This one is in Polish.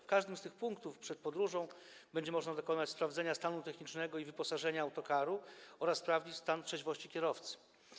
W każdym z tych punktów przed podróżą będzie można dokonać sprawdzenia stanu technicznego i wyposażenia autokaru oraz skontrolować stan trzeźwości kierowcy.